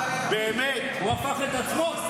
הוא הפך את עצמו.